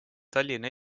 tallinna